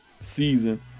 season